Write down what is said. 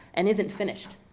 and isn't finished,